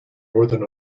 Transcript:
northern